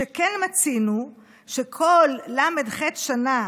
"שכן מצינו שכל ל"ח שנה